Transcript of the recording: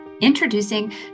Introducing